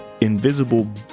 Invisible